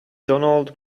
donald